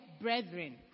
brethren